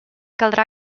caldrà